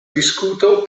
diskuto